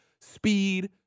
speed